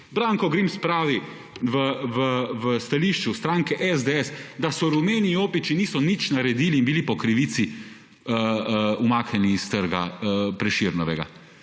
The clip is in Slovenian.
Branko Grims pravi v stališču stranke SDS, da so rumeni jopiči, niso nič naredili in bili po krivici umaknjeni iz trga, Prešernovega.